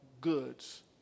goods